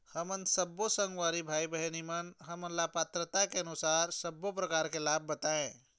हमन सब्बो संगवारी भाई बहिनी हमन ला पात्रता के अनुसार सब्बो प्रकार के लाभ बताए?